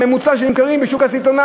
המחיר הממוצע שהם נמכרים בו בשוק הסיטונאי.